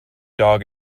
dog